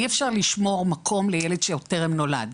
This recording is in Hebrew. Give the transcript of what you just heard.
אי אפשר לשמור מקום לילד שעוד טרם נולד.